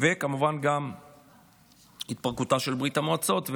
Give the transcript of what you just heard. וכמובן גם התפרקותה של ברית המועצות,